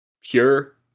Pure